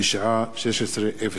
הודעה לסגן מזכירת הכנסת,